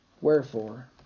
Wherefore